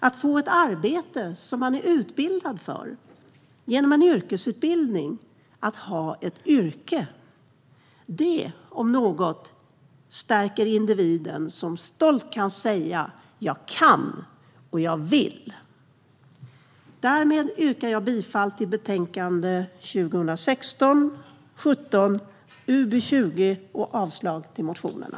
Att få ett arbete som man är utbildad för, genom en yrkesutbildning, och att ha ett yrke - detta om något stärker individen, som stolt kan säga: Jag kan, och jag vill! Därmed yrkar jag bifall till förslaget i betänkande 2016/17:UbU20 och avslag på motionerna.